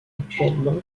actuellement